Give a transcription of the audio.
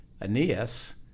Aeneas